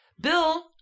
Bill